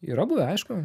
yra buvę aišku